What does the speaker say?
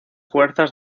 fuerzas